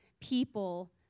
people